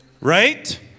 Right